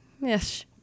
Yes